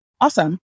awesome